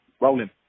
rolling